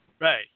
Right